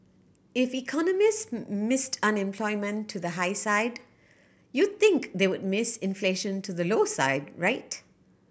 if economist missed unemployment to the high side you think they would miss inflation to the low side right